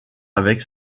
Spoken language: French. avec